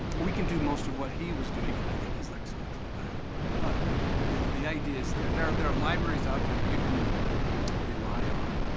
we can do most of what he was doing. i think his lecture looked a little better than mine, but the the idea is there. there are libraries out there you can rely on,